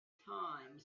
time